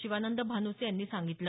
शिवानंद भानुसे यांनी सांगितलं